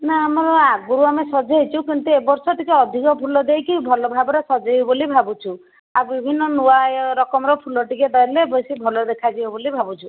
ନା ଆମର ଆଗରୁ ଆମେ ସଜେଇଛୁ କିନ୍ତୁ ଏ ବର୍ଷ ଟିକେ ଅଧିକ ଫୁଲ ଦେଇକି ଭଲ ଭାବରେ ସଜେଇବୁ ବୋଲି ଭାବୁଛୁ ଆଉ ବିଭିନ୍ନ ନୂଆଁ ରକମ୍ ର ଫୁଲ ଟିକେ ଦେଲେ ବେଶୀ ଭଲ ଦେଖାଯିବ ବୋଲି ଭାବୁଛୁ